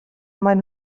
maen